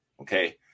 Okay